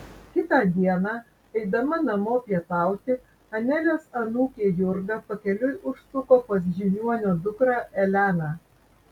kitą dieną eidama namo pietauti anelės anūkė jurga pakeliui užsuko pas žiniuonio dukrą eleną